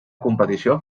competició